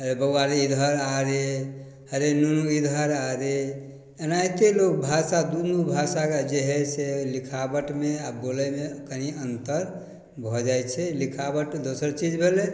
बौआ रे इधर आ रे अरे नुनू इधर आ रे एनाहिते लोक भाषा दुन्नू भाषाके जे हइ से लिखावटमे आओर बोलैमे कनि अन्तर भऽ जाइ छै लिखावट तऽ दोसर चीज भेलै